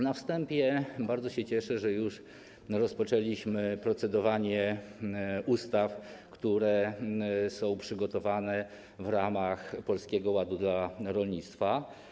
Na wstępie - bardzo się cieszę, że już rozpoczęliśmy procedowanie ustaw, które zostały przygotowane w ramach Polskiego Ładu dla rolnictwa.